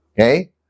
Okay